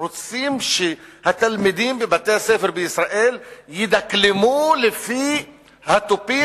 רוצים שהתלמידים בבתי-הספר בישראל ידקלמו לפי התופים